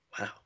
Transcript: Wow